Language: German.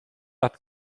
hat